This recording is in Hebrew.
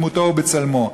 בדמותו ובצלמו.